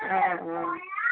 অ